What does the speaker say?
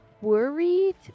worried